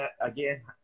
again